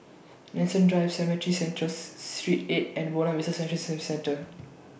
Nanson Drive Cemetry Central Street eight and Buona Vista Service Centre